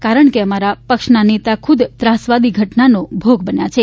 કારણ કે અમારા પક્ષના નેતા ખુદ ત્રાસવાદી ઘટનાનો ભોગ બનેલા છે